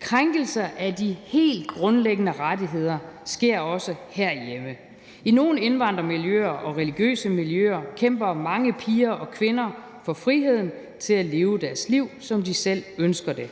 Krænkelser af de helt grundlæggende rettigheder sker også herhjemme. I nogle indvandrermiljøer og religiøse miljøer kæmper mange piger og kvinder for friheden til at leve deres liv, som de selv ønsker det.